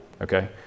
Okay